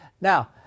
Now